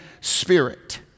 Spirit